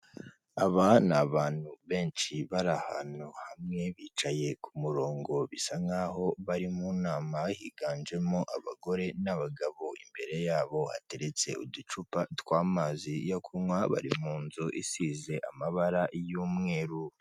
Aba ni abantu benshi bari ahantu hamwe bicaye ku murongo bisa nk'aho bari mu nama higanjemo abagore n'abagabo, imbere yabo hateretse uducupa tw'amazi yo kunywa; bari mu nzu isize amabara y'umweru.